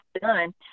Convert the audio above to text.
done